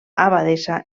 abadessa